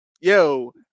Yo